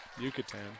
Yucatan